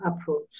approach